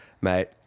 mate